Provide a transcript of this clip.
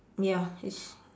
ya it's